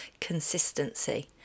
consistency